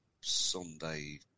sunday